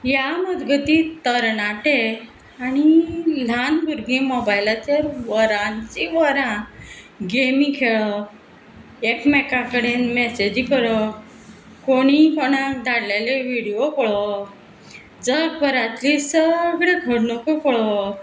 ह्या मजगतीं तरणाटे आनी ल्हान भुरगीं मोबायलाचेर वरांचीं वरां गेमी खेळप एकमेका कडेन मॅसेजी करप कोणी कोणाक धाडलेले विडयो पळोवप जगभरांतल्यो सगळ्यो घडणुको पळोवप